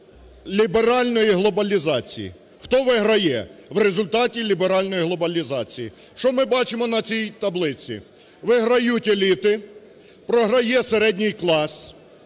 хто виграє в результаті ліберальної глобалізації. Що ми бачимо на цій таблиці? Виграють еліти, програє середній клас.